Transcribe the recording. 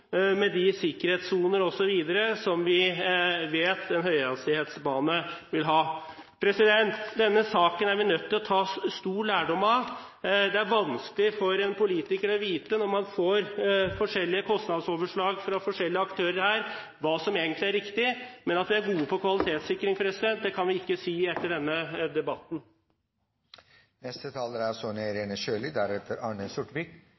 med de sikkerhetssoner osv. som vi vet en høyhastighetsbane vil ha? Denne saken er vi nødt til å ta stor lærdom av. Når man får forskjellige kostnadsoverslag fra forskjellige aktører, er det vanskelig for en politiker å vite hva som egentlig er riktig. Men at vi er gode på kvalitetssikring, kan vi ikke si etter denne debatten.